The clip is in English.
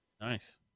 Nice